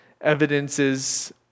evidences